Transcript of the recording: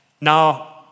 Now